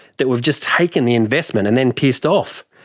that we've just taken the investment and then pissed off,